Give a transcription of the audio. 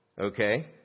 Okay